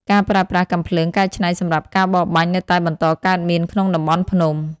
ការប្រើប្រាស់កាំភ្លើងកែច្នៃសម្រាប់ការបរបាញ់នៅតែបន្តកើតមានក្នុងតំបន់ភ្នំ។